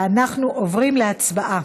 אנחנו עוברים להצבעה